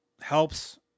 helps